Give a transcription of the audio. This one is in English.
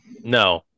No